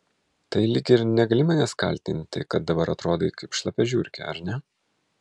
tai lyg ir negali manęs kaltinti kad dabar atrodai kaip šlapia žiurkė ar ne